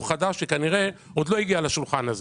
חדש שכנראה עדיין לא הגיע לשולחן הזה.